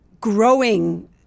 growing